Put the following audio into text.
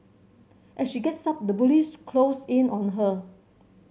as she gets up the bullies close in on her